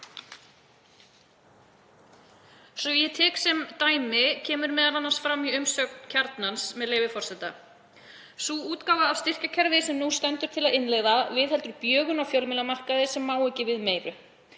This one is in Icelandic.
Ég tek sem dæmi það sem kemur fram í umsögn Kjarnans, með leyfi forseta: „Sú útgáfa af styrkjakerfi sem nú stendur til að innleiða viðheldur bjögun á fjölmiðlamarkaði sem má ekki við meiru.